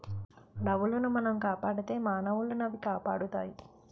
అడవులను మనం కాపాడితే మానవులనవి కాపాడుతాయి